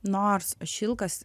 nors šilkas